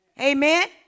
Amen